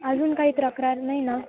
अजून काही तक्रार नाही ना